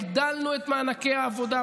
הגדלנו את מענקי העבודה,